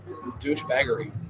douchebaggery